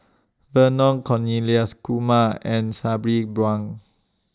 Vernon Cornelius Kumar and Sabri Buang